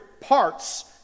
parts